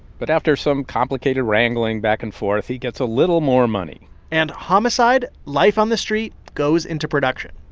but after some complicated wrangling back and forth, he gets a little more money and homicide life on the street goes into production,